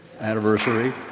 anniversary